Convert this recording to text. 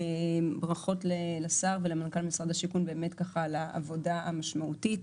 וברכות לשר ולמנכ"ל משרד הבינוי והשיכון על העבודה המשמעותית.